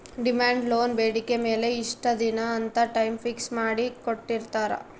demand loan ಬೇಡಿಕೆ ಮೇಲೆ ಇಷ್ಟ ದಿನ ಅಂತ ಟೈಮ್ ಫಿಕ್ಸ್ ಮಾಡಿ ಕೋಟ್ಟಿರ್ತಾರಾ